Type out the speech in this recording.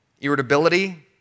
irritability